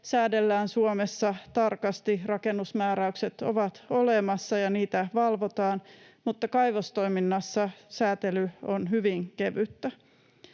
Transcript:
säädellään Suomessa tarkasti, rakennusmääräykset ovat olemassa, ja niitä valvotaan, mutta kaivostoiminnassa säätely on hyvin kevyttä.